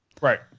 Right